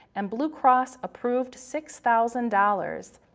and blue cross approved six thousand dollars.